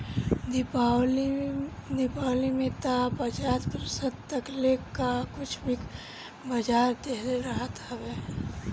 दीपावली में तअ पचास प्रतिशत तकले कअ छुट बिग बाजार देहले रहल हवे